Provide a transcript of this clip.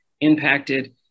impacted